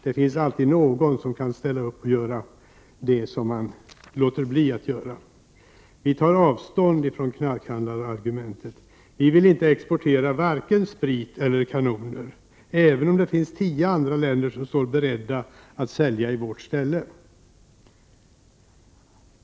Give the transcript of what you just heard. Det finns alltid någon annan som är villig att göra det som man själv avstår från att göra. Miljöpartiet tar avstånd från knarkhandlarargumentet. Vi skall inte exportera vare sig sprit eller kanoner, även om det finns tio andra länder som står beredda att sälja i vårt ställe.